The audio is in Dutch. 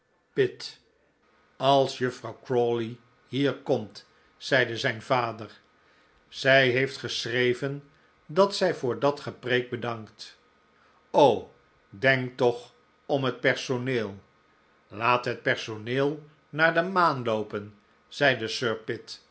pitt als juffrouw crawley hier komt zeide zijn vader zij heeft geschreven dat zij voor dat gepreek bedankt o denk toch om het personeel laat het personeel naar de maan loopen zeide